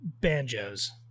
banjos